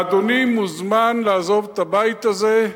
ואדוני מוזמן לעזוב את הבית הזה,